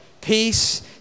peace